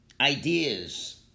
ideas